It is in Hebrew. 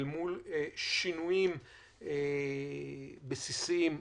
אל מול שינויים בסיסיים אחרים.